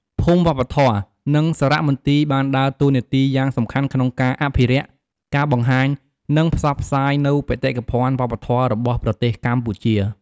ភូមិវប្បធម៌ និងសារមន្ទីរបានដើរតួនាទីយ៉ាងសំខាន់ក្នុងការអភិរក្ស ការបង្ហាញ និងផ្សព្វផ្សាយនូវបេតិកភណ្ឌវប្បធម៌របស់ប្រទេសកម្ពុជា។